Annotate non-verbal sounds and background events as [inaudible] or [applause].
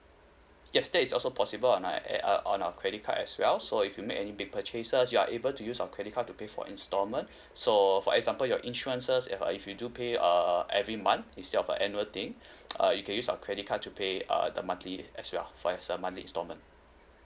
yes that is also possible on our a~ uh on our credit card as well so if you make any big purchases you are able to use our credit card to pay for installment so for example your insurances if uh if you do pay err every month instead of a annual thing [breath] uh you can use our credit card to pay uh the monthly as well for as a monthly installment